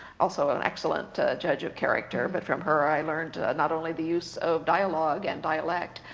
also an excellent judge of character. but from her i learned, not only the use of dialogue and dialect,